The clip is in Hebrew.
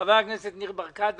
חבר הכנסת ניר ברקת,